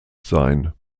sein